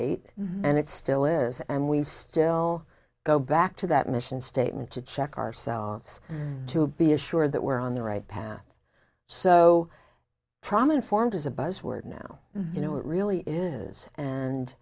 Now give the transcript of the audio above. eight and it still is and we still go back to that mission statement to check ourselves to be assured that we're on the right path so trauma informed is a buzzword now you know it really is and